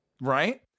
right